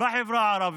בחברה הערבית.